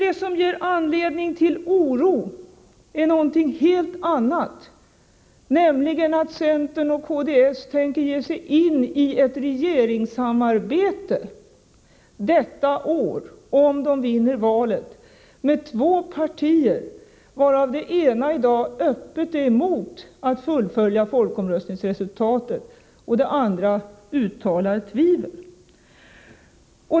Det som ger anledning till oro är någonting helt annat, nämligen att centern och kds detta år tänker ge sig in i ett regeringssamarbete, om de vinner valet, med två partier, varav det ena i dag öppet är emot att fullfölja folkomröstningsresultatet och det andra uttalar tvivel.